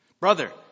Brother